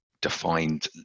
defined